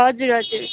हजुर हजुर